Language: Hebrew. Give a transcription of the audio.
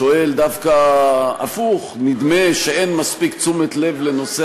שואל דווקא הפוך: נדמה שאין מספיק תשומת לב לנושא